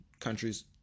Countries